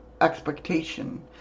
expectation